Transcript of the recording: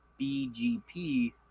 BGP